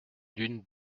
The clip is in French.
d’une